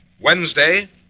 Wednesday